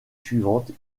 suivantes